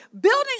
building